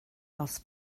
las